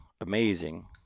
amazing